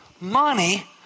money